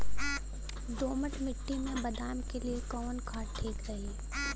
दोमट मिट्टी मे बादाम के लिए कवन खाद ठीक रही?